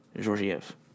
Georgiev